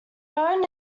known